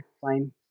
fine